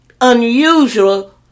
unusual